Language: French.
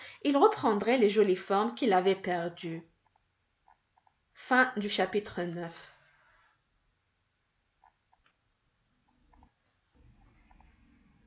il reprendrait les jolies formes qu'il avait perdues